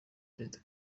perezida